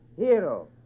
Hero